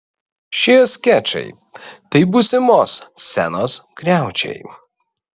šie skečai tai būsimos scenos griaučiai